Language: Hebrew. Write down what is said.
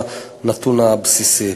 הנתון הבסיסי.